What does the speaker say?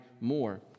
more